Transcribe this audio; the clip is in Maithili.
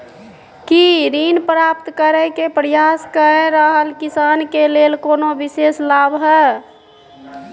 की ऋण प्राप्त करय के प्रयास कए रहल किसान के लेल कोनो विशेष लाभ हय?